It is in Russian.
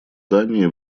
дании